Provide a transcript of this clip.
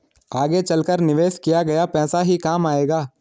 आगे चलकर निवेश किया गया पैसा ही काम आएगा